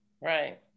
Right